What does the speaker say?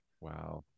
Wow